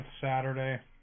Saturday